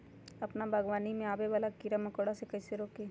अपना बागवानी में आबे वाला किरा मकोरा के कईसे रोकी?